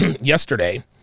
yesterday